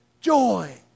Joy